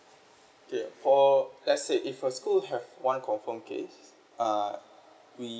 okay for let's say if a school have one confirmed case uh we